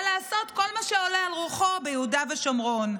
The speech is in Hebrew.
לעשות כל מה שעולה על רוחו ביהודה ושומרון.